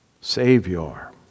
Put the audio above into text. Savior